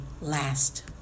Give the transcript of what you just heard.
last